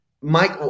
Mike